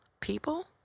people